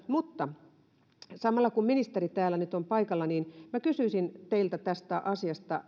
mutta samalla kun ministeri täällä nyt on paikalla niin minä kysyisin teiltä tästä asiasta